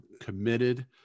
committed